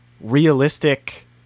realistic